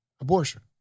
abortion